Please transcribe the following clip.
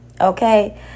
okay